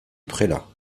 prélat